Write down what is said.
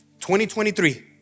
2023